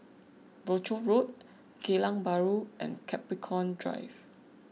Rochor Road Geylang Bahru and Capricorn Drive